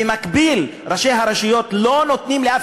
ובמקביל ראשי הרשויות לא נותנים לאף